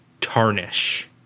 tarnish